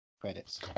Credits